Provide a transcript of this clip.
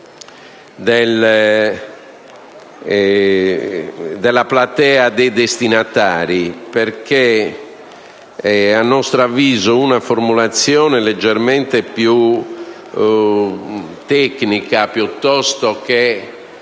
della platea dei destinatari, perche´ a nostro avviso una formulazione leggermente piutecnica piuttosto che